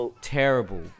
terrible